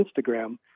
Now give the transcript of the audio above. Instagram